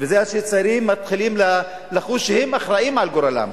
וזה שהצעירים מתחילים לחוש שהם אחראים לגורלם,